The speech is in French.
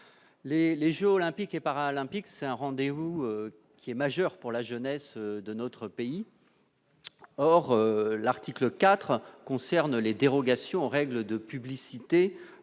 les Jeux olympiques et paralympiques, c'est un rendez-vous qui est majeur pour la jeunesse de notre pays, or l'article 4 concerne les dérogations aux règles de publicité